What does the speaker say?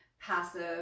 passive